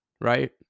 right